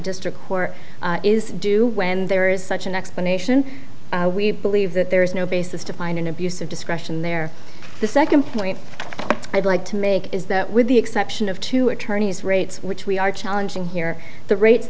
district court is due when there is such an explanation we believe that there is no basis to find an abuse of discretion there the second point i'd like to make is that with the exception of two attorneys rates which we are challenging here the rates